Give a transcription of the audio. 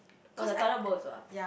oh that Thailand boat also ah